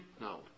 No